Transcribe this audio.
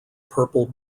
purple